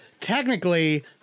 Technically